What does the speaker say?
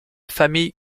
famille